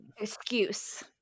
excuse